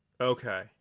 okay